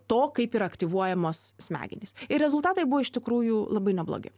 to kaip yra aktyvuojamos smegenys ir rezultatai buvo iš tikrųjų labai neblogi